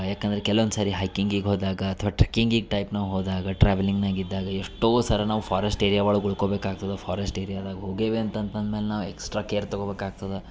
ಯಾಕಂದ್ರ ಕೆಲವೊಂದು ಸರಿ ಹೈಕಿಂಗಿಗೆ ಹೋದಾಗ ಅಥವಾ ಟ್ರಕ್ಕಿಂಗಿಗೆ ಟೈಪ್ ನಾವು ಹೋದಾಗ ಟ್ರಾವೆಲಿಂಗ್ನಾಗ್ ಇದ್ದಾಗ ಎಷ್ಟೋ ಸರ ನಾವು ಫಾರೆಸ್ಟ್ ಏರಿಯಾ ಒಳಗ ಉಳ್ಕೊಬೇಕಾಗ್ತದೆ ಫಾರೆಸ್ಟ್ ಏರಿಯಾದಾಗ ಹೋಗೇವಿ ಅಂತಂತ ಅಂದ್ಮೇಲೆ ನಾವು ಎಕ್ಸ್ಟ್ರ ಕೇರ್ ತಗೊಬೇಕಾಗ್ತದೆ